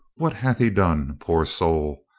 what hath he done, poor soul?